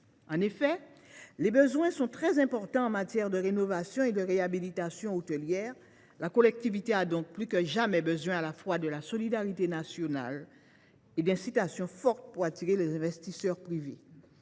En effet, les besoins sont très importants en matière de rénovation et de réhabilitation hôtelières et la collectivité a, plus que jamais, besoin de la solidarité nationale et d’incitations fortes pour attirer les investisseurs privés.